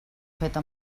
feta